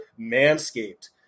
Manscaped